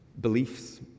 beliefs